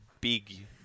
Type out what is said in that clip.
big